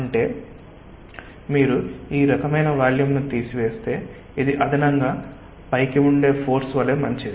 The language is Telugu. అంటే కాబట్టి మీరు ఈ రకమైన వాల్యూమ్ను తీసివేస్తే ఇది అదనంగా పైకి ఉండే ఫోర్స్ వలె మంచిది